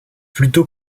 plutôt